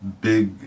big